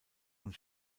und